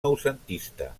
noucentista